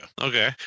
Okay